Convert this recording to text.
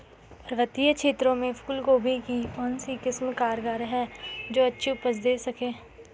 पर्वतीय क्षेत्रों में फूल गोभी की कौन सी किस्म कारगर है जो अच्छी उपज दें सके?